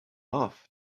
love